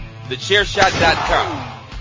TheChairShot.com